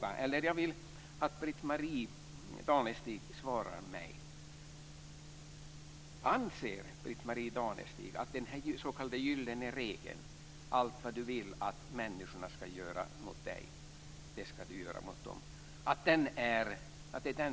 Anser Britt-Marie Danestig att vi ska förkasta den s.k. gyllene regeln - allt vad du vill att människorna ska göra mot dig, det ska du göra mot dem?